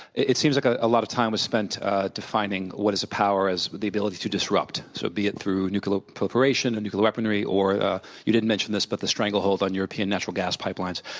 it seems like a ah lot of time was spent defining what is power? as with the ability to disrupt, so be it through nuclear proliferation or and nuclear weaponry or you didn't mention this but the stranglehold on european natural gas pipelines,